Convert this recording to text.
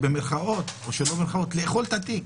במירכאות או שלא במירכאות, לאכול את התיק.